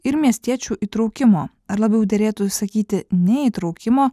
ir miestiečių įtraukimo ar labiau derėtų sakyti neįtraukimo